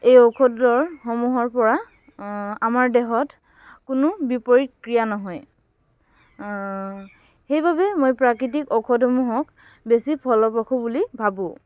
এই ঔষধৰ সমূহৰ পৰা আমাৰ দেহত কোনো বিপৰীত ক্ৰিয়া নহয় সেইবাবে মই প্ৰাকৃতিক ঔষধসমূহক বেছি ফলপ্ৰসূ বুলি ভাবোঁ